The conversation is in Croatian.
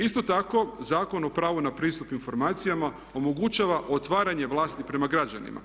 Isto tako, Zakon o pravu na pristup informacijama omogućava otvaranje vlasti prema građanima.